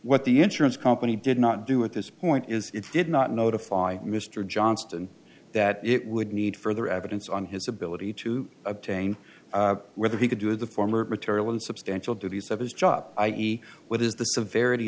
what the insurance company did not do at this point is it did not notify mr johnston that it would need further evidence on his ability to obtain whether he could do the former material and substantial duties of his job i e what is the severity